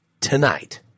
Tonight